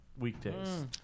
Weekdays